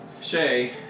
Shay